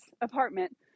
apartment